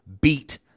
beat